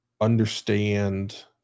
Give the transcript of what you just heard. understand